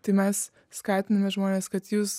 kai mes skatiname žmones kad jus